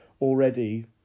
already